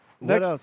Next